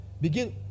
begin